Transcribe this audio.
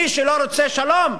מי שלא רוצה שלום,